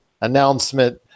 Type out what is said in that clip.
announcement